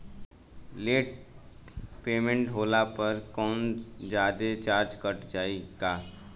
Late payment होला पर कौनोजादे चार्ज कट जायी का?